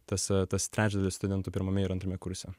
tas tas trečdalis studentų pirmame ir antrame kurse